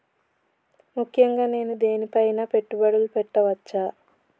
ముఖ్యంగా నేను దేని పైనా పెట్టుబడులు పెట్టవచ్చు?